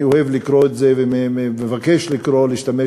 אני אוהב לקרוא לזה כך ומבקש להשתמש